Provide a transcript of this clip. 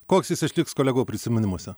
koks jis išliks kolegų prisiminimuose